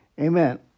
Amen